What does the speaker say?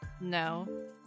No